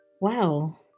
wow